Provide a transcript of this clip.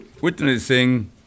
witnessing